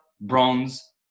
bronze